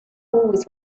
always